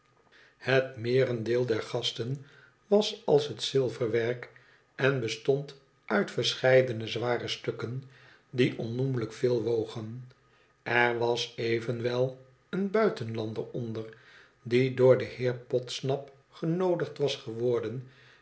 het meerendeel der gasten was als het zilverwerk en bestond uit verscheidene zware stukken die onnoemelijk veel wogen r was evenwel een buitenlander onder die door den heer podsnap genoodigd was geworden